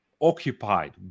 occupied